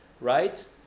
right